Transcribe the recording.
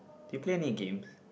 you play any games